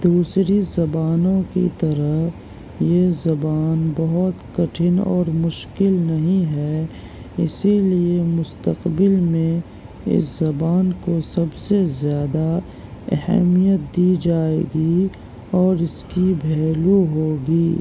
دوسری زبانوں کی طرح یہ زبان بہت کٹھن اور مشکل نہیں ہے اسی لیے مستقبل میں اس زبان کو سب سے زیادہ اہمیت دی جائے گی اور اس کی بھیلو ہوگی